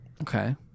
Okay